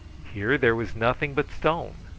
here there was nothing but stone,